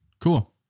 Cool